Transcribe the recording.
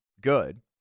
good